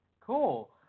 Cool